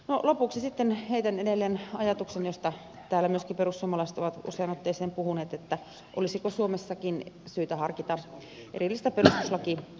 lopuksi heitän edelleen ajatuksen josta täällä myöskin perussuomalaiset ovat useaan otteeseen puhuneet että olisiko suomessakin syytä harkita erillistä perustuslakituomioistuinta